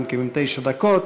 גם כן תשע דקות.